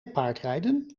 paardrijden